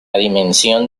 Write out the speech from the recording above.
dimensión